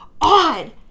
odd